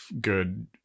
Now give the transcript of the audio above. good